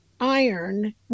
iron